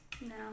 no